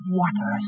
water